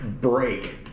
break